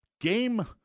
game